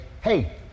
hey